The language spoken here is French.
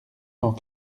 cent